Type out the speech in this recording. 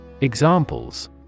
Examples